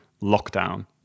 lockdown